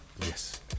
Yes